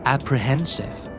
Apprehensive